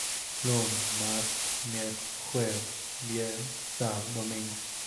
Lun, mart, miercw, juev, vier, sab, doming’w.